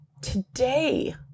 today